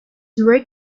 work